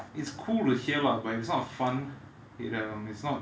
it's cool to hear lah but it's not fun um it's not